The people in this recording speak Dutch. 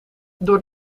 door